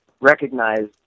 recognized